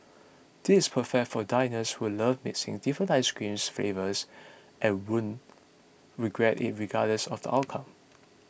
this perfect for diners who love mixing different ice creams flavours and won't regret it regardless of the outcome